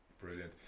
brilliant